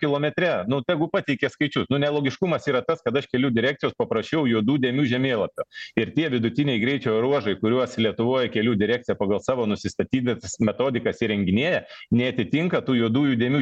kilometre nuo tegu pateikia skaičius nu nelogiškumas yra tas kad aš kelių direkcijos paprašiau juodų dėmių žemėlapio ir tie vidutiniai greičio ruožai kuriuos lietuvoje kelių direkcija pagal savo nusistatytas metodikas įrenginėja neatitinka tų juodųjų dėmių